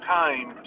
time